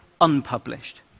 unpublished